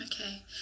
Okay